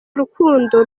rukundo